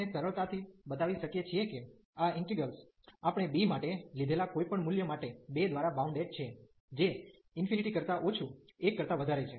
તેથી આપણે સરળતાથી બતાવી શકીએ છીએ કે આ ઇન્ટિગ્રેલ્સ આપણે b માટે લીધેલા કોઈપણ મૂલ્ય માટે 2 દ્વારા બાઉન્ડેડ છે જે ∞ કરતા ઓછું 1 કરતા વધારે છે